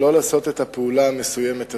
שלא לעשות את הפעולה המסוימת הזאת.